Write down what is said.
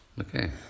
Okay